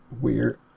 weird